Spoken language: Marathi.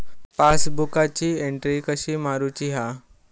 पासबुकाची एन्ट्री कशी मारुची हा?